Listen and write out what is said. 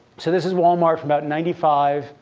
so this is walmart from about ninety five.